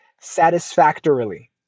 satisfactorily